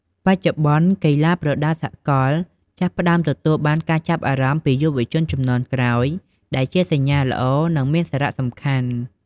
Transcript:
បច្ចុប្បន្ន កីឡាប្រដាល់សកលចាប់ផ្តើមទទួលបានការចាប់អារម្មណ៍ពីយុវជនជំនាន់ក្រោយ ដែលជាសញ្ញាល្អ និងមានសារៈសំខាន់។